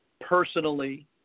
personally